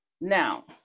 now